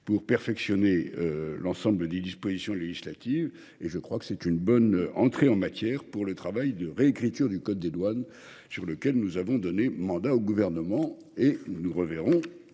de perfectionner l’ensemble des dispositions législatives. C’est une bonne entrée en matière pour le travail de réécriture du code des douanes, sur lequel nous avons donné mandat au Gouvernement. Mes chers